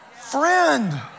friend